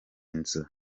nzu